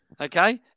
Okay